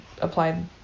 applied